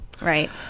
right